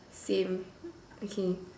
same okay